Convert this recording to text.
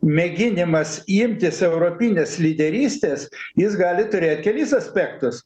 mėginimas imtis europinės lyderystės jis gali turėt kelis aspektus